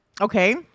Okay